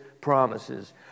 promises